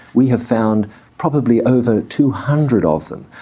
we have found probably over two hundred of them.